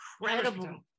incredible